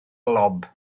lob